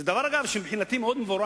זה, אגב, דבר שמבחינתי הוא מאוד מבורך,